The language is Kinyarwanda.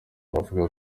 aravuga